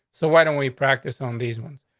so why don't we practice on these ones?